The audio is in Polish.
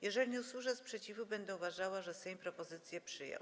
Jeżeli nie usłyszę sprzeciwu, będę uważała, że Sejm propozycję przyjął.